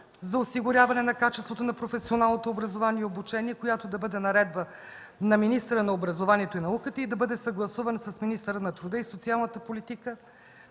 за осигуряване на качеството на професионалното образование и обучение, която да бъде наредба на министъра на образованието и науката и да бъде съгласувана с министъра на труда и социалната политика,